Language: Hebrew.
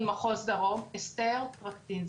אסתר טרקטינסקי,